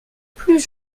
plus